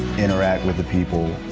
interact with the people,